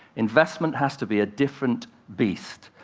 investment has to be a different beast.